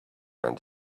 and